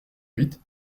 huit